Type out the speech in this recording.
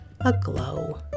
aglow